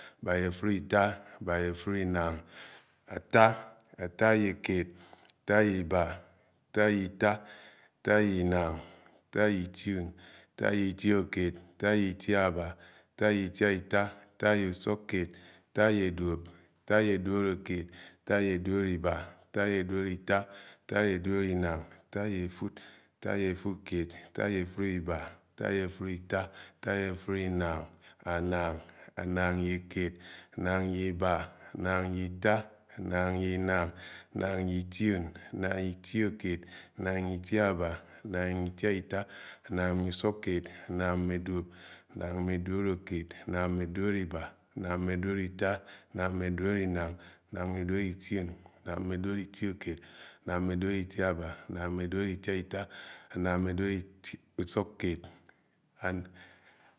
Abaá-né-efúd etá. abaa-ne-efudenary, ataá ataa-ye-keed, ataa-ye-ibá, ataa-ye-ita, ataa-ye-inàng, ataa-ye-ition, ataa-ye-itioke, ataa-ye-itiàbá. ataa-ye-itiàita. ataa-ye-ùsùkkeed. ataa-ye-duop. ataa-ye-duddkeed. ataa-ye-duoloiba. ataa-ye-duoloita, ataa-ye-duoloinanf, ataa-ye-efud. ataa-ye-efud-keèd. ataá-yé-efùdeba. ataá-yé-efùdeta, ataá-ye-efudenang, anang, anang-ye-keéd, ànáng-ye-iba, anáng-ye-ita. anáng-yé-ináng. anáng-ye-itiòn. anáng-ye-ìtìdkéed, ánáng-ye-ìtiàbà, ànáng-ye-itiàita, ànáng-ye-ùsùkkéed, ánáng-ye-duop, ànáng-ye-duòlókéed, ànáng-ye-duòloibá, anáng-me-duòloita. anang-me-duoloinang, anang-me-duólòitión, anang-me-duoloitiokeed, anáng-me-duólóitiaba, anang-me-duoloitiaita